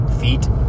Feet